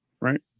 right